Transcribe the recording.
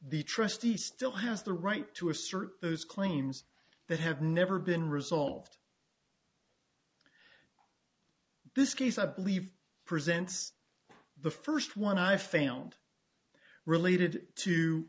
the trustee still has the right to assert those claims that have never been resolved this case i believe presents the first one i found related to